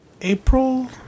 April